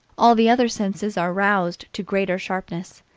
all the other senses are roused to greater sharpness.